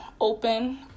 open